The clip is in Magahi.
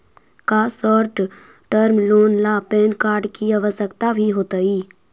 का शॉर्ट टर्म लोन ला पैन कार्ड की आवश्यकता भी होतइ